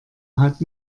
hat